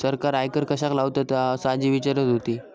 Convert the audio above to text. सरकार आयकर कश्याक लावतता? असा आजी विचारत होती